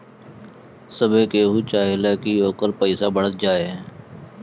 सभे केहू चाहेला की ओकर पईसा बढ़त जाए